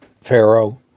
Pharaoh